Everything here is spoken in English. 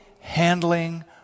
handling